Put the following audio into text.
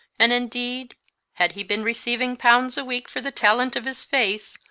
and indeed had he been receiving pounds a week for the talent of his face,